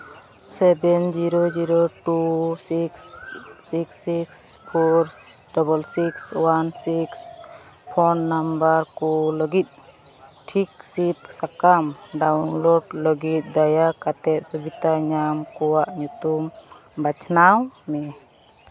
seven zero zero two six six six four double six one six phone number ᱠᱚ ᱞᱟᱹᱜᱤᱫ ᱴᱷᱤᱠ ᱥᱤᱫᱽ ᱥᱟᱠᱟᱢ ᱰᱟᱣᱩᱱᱞᱳᱰ ᱞᱟᱹᱜᱤᱫ ᱫᱟᱭᱟ ᱠᱟᱛᱮ ᱥᱩᱵᱤᱫᱷᱟ ᱧᱟᱢ ᱠᱚᱣᱟᱜ ᱧᱩᱛᱩᱢ ᱵᱟᱪᱷᱱᱟᱣ ᱢᱮ